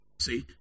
See